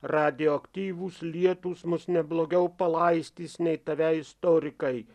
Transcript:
radioaktyvūs lietūs mus neblogiau palaistys nei tave istorikai